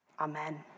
Amen